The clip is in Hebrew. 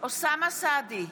אוסאמה סעדי,